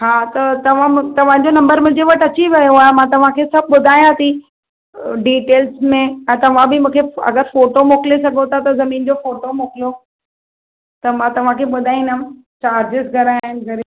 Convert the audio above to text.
हा त तव्हां तव्हांजो नंबर मुंहिंजे वटी अची वियो आहे मां तव्हांखे सभु ॿुधायां थी डिटेल्स में ऐं तव्हां बि मूंखे अगरि फोटो मोकिले सघो था त ज़मीन जो फोटो मोकिलियो त मां तव्हांखे ॿुधाईंदमि चार्जेस घणा आहिनि घणे